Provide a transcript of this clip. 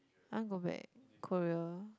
I want go back Korea